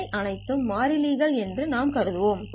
இவை அனைத்தும் மாறிலிகள் என்று நாம் கருதுகிறோம்